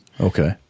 okay